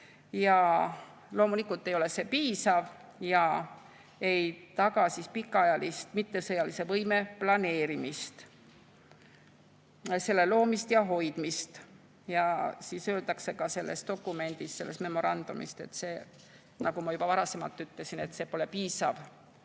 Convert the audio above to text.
Loomulikult ei ole see piisav ja ei taga pikaajalist mittesõjalise võime planeerimist, selle loomist ja hoidmist. Veel öeldakse selles dokumendis, selles memorandumis, nagu ma juba varasemalt ütlesin, et see pole piisav.